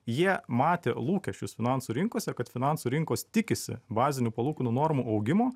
jie matė lūkesčius finansų rinkose ir kad finansų rinkos tikisi bazinių palūkanų normų augimo